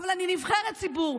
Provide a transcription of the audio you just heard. אבל אני נבחרת ציבור,